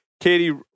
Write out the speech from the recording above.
Katie